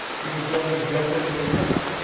he was going to jump into the river,